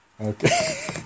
Okay